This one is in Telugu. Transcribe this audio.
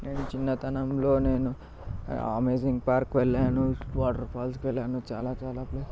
నేను చిన్నతనంలో నేను అమేజింగ్ పార్క్ వెళ్ళాను వాటర్ఫాల్స్కి వెళ్ళాను చాలా చాలా